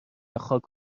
خاک